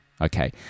Okay